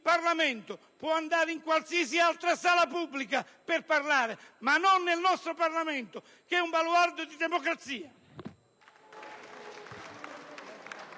Parlamento. Può andare in qualsiasi altra sala pubblica per parlare, ma non nel nostro Parlamento, che è un baluardo di democrazia.